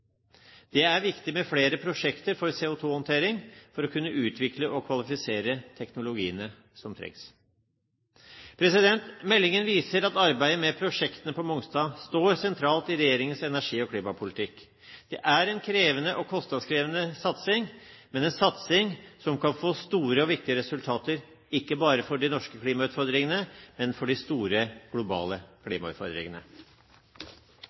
Det er viktig med flere prosjekter for CO2-håndtering for å kunne utvikle og kvalifisere teknologiene som trengs. Meldingen viser at arbeidet med prosjektene på Mongstad står sentralt i regjeringens energi- og klimapolitikk. Det er en krevende og kostnadskrevende satsing, men en satsing som kan få store og viktige resultater, ikke bare for de norske klimautfordringene, men for de store globale